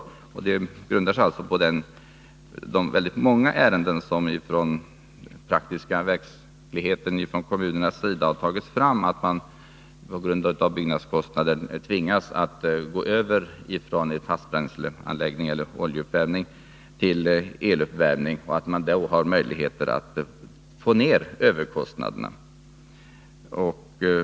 Detta uttalande grundar sig på alla de ärenden från den praktiska verkligheten som har tagits fram av kommunerna och som visar att man på grund av byggnadskostnaden tvingas gå över från fastbränsleanläggning eller oljeuppvärmning till eluppvärmning, som ger möjligheter att få ner överkostnaderna.